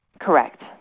Correct